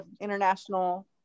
international